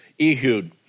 Ehud